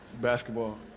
Basketball